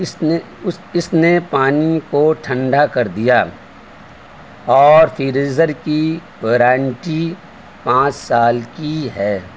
اس نے اس اس نے پانی کو ٹھنڈا کر دیا اور فریزر کی غرانٹی پانچ سال کی ہے